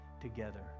together